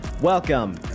welcome